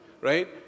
right